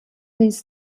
ließ